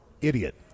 idiot